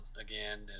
again